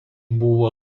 buvo